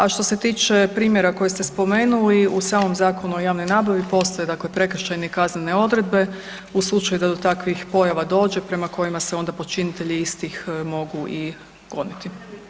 A što se tiče primjera koji ste spomenuli, u samom Zakonu o javnoj nabavi postoje dakle prekršajne i kaznene odredbe u slučaju da do takvih pojava dođe prema kojima se onda počinitelji istih mogu i goniti.